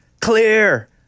Clear